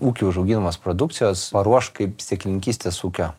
ūky užauginamos produkcijos paruošt kaip sėklininkystės ūkio